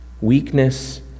Weakness